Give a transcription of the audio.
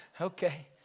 Okay